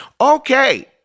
Okay